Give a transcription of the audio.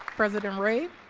president ray,